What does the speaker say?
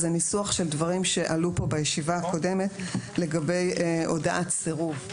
זה ניסוח של דברים שעלו פה בישיבה הקודמת לגבי הודעת סירוב.